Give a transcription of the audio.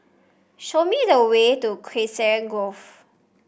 show me the way to Grove